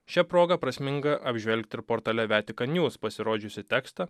šia proga prasminga apžvelgti ir portale vatican news pasirodžiusį tekstą